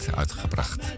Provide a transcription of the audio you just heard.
uitgebracht